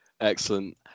excellent